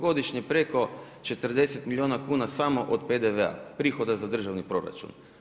Godišnje preko 40 milijuna kuna samo od PDV-a prihoda za državni proračun.